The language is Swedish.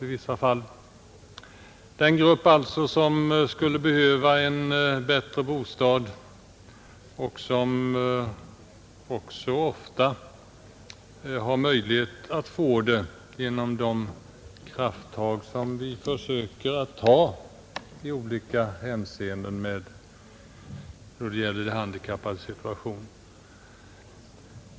Det är en grupp som alltså ofta behöver bättre bostäder och som också många gånger har möjlighet att få det genom de krafttag som vi försöker att ta i olika hänseenden för att underlätta de handikappades situation.